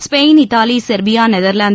Spain Italy Serbia Netherlands